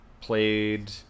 played